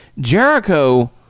jericho